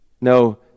No